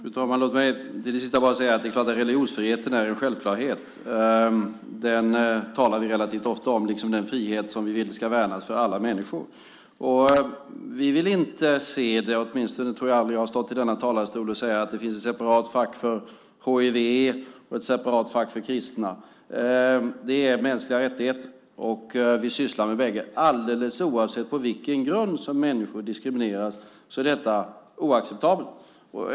Fru talman! Låt mig till sist bara säga att religionsfriheten är en självklarhet. Den talar vi relativt ofta om, liksom om den frihet som vi vill ska värnas för alla människor. Vi vill inte se, åtminstone tror jag att jag aldrig har stått i denna talarstol och sagt att det finns ett separat fack för hiv, ett separat fack för kristna. Det är mänskliga rättigheter, och vi sysslar med bägge. Alldeles oavsett på vilken grund som människor diskrimineras är detta oacceptabelt.